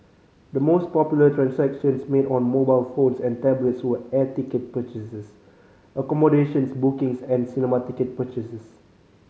the most popular transactions made on mobile phones and tablets were air ticket purchases accommodation bookings and cinema ticket purchases